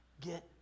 get